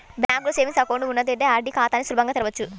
బ్యాంకులో savings account ఉన్నట్లయితే RD ఖాతాని సులభంగా తెరవచ్చు